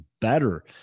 better